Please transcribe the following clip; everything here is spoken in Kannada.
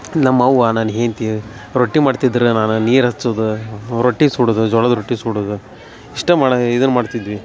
ನಮ್ಮವ್ವ ನನ್ನ ಹೆಂಡತಿ ರೊಟ್ಟಿ ಮಾಡ್ತಿದ್ರ ನಾನು ನೀರು ಹಚ್ಚುದ ರೊಟ್ಟಿ ಸುಡುದ ಜ್ವಾಳದ ರೊಟ್ಟಿ ಸುಡುದ ಇಷ್ಟ ಮಾಡದ ಇದನ್ನ ಮಾಡ್ತಿದ್ವಿ